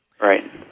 Right